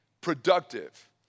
productive